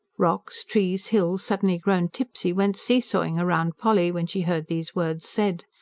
rocks, trees, hills, suddenly grown tipsy, went see-sawing round polly, when she heard these words said.